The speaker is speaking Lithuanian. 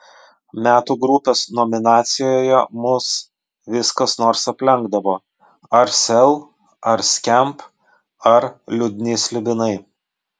metų grupės nominacijoje mus vis kas nors aplenkdavo ar sel ar skamp ar liūdni slibinai